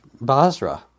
Basra